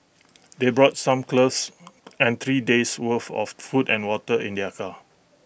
they brought some clothes and three days' worth of food and water in their car